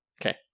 Okay